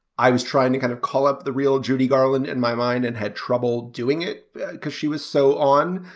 i was trying to kind of call up the real judy garland in my mind and had trouble doing it because she was so on.